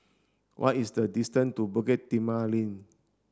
what is the distance to Bukit Timah Link